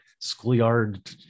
schoolyard